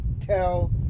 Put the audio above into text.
tell